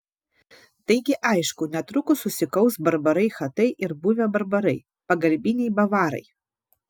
taigi aišku netrukus susikaus barbarai chatai ir buvę barbarai pagalbiniai bavarai